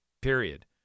Period